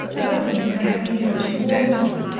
walking in her heavy coat had warmed her,